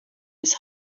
his